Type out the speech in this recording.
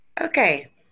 Okay